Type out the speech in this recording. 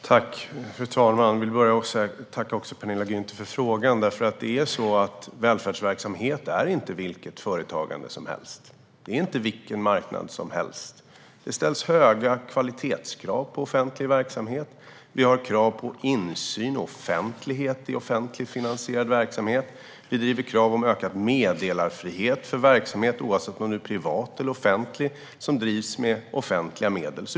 Fru talman! Jag tackar Penilla Gunther för frågan. Välfärdsverksamhet är inte vilket företagande som helst och inte vilken marknad som helst. Det ställs höga kvalitetskrav på offentlig verksamhet. Vi har krav på insyn och offentlighet i offentligt finansierad verksamhet, och vi driver krav på ökad meddelarfrihet för verksamhet som drivs med offentliga medel oavsett om den är privat eller offentlig.